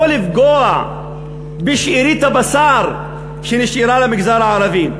ולא לפגוע בשארית הבשר שנשארה למגזר הערבי.